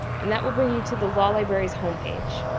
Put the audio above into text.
and that will bring you to the law library's home page.